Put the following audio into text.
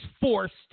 forced